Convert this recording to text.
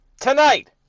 tonight